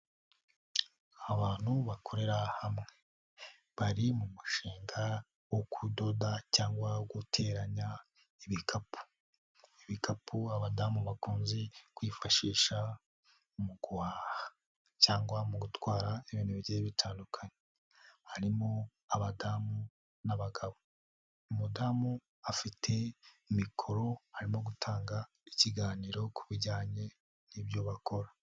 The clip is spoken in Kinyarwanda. Abantu bakorera hamwe bari mu mushinga wo kudoda cyangwa guteranya ibikapu, ibikapu abadamu bakunze kwifashiha, cyangwa mu gutwara ibintu bigiye bitandukanye, harimo abadamu n'abagabo, umudamu afite mikoro harimo gutanga ikiganiro ku bijyanye n'ibyo bakora.